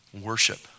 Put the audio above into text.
worship